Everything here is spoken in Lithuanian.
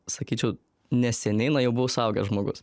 sakyčiau neseniai na jau buvau suaugęs žmogus